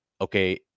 Okay